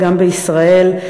גם בישראל.